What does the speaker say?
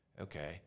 Okay